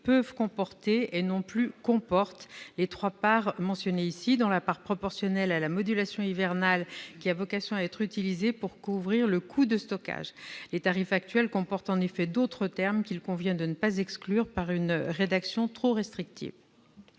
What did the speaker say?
peuvent comporter », et non plus « comportent », les trois parts mentionnées ici, dont la part proportionnelle à la modulation hivernale ayant vocation à être utilisée pour couvrir le coût du stockage. Les tarifs actuels comportent en effet d'autres termes, qu'il convient de ne pas exclure par une rédaction trop restrictive.